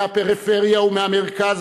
מהפריפריה ומהמרכז,